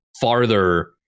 farther